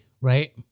right